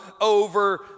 over